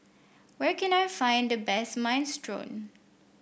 where can I find the best Minestrone